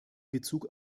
bezug